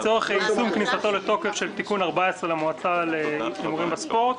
לצורך יישום כניסתו לתוקף של תיקון 14 למועצה להימורים בספורט,